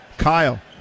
Kyle